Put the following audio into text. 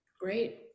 great